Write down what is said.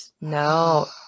No